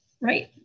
right